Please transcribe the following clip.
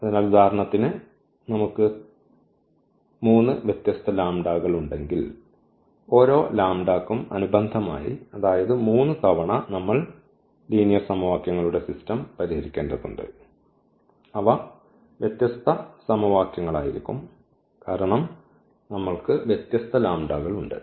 അതിനാൽ ഉദാഹരണത്തിന് നമുക്ക് 3 വ്യത്യസ്ത ലാംഡകൾ ഉണ്ടെങ്കിൽ ഓരോ ലാംഡയ്ക്കും അനുബന്ധമായി അതായത് 3 തവണ നമ്മൾ ലീനിയർ സമവാക്യങ്ങളുടെ സിസ്റ്റം പരിഹരിക്കേണ്ടതുണ്ട് അവ വ്യത്യസ്ത സമവാക്യങ്ങളായിരിക്കും കാരണം നമ്മൾക്ക് വ്യത്യസ്ത ലാംഡ ഉണ്ട്